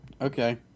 Okay